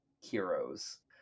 heroes